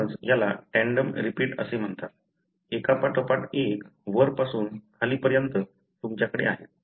म्हणूनच याला tandem repeat असे म्हणतात एकापाठोपाठ एक वरपासून खाली पर्यन्त तुमच्याकडे आहेत